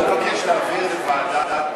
בסדר, אז אני אתעקש על ועדת הכלכלה.